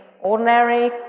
ordinary